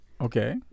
Okay